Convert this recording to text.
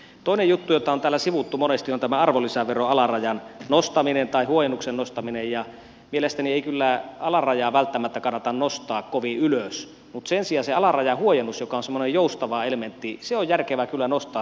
toinen juttu jota on täällä sivuttu monesti on tämä arvonlisäveroalarajahuojennuksen nostaminen ja mielestäni ei kyllä alarajaa välttämättä kannata nostaa kovin ylös mutta sen sijaan sitä alarajahuojennusta joka on semmoinen joustava elementti on järkevää kyllä nostaa